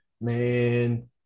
Man